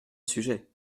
sujet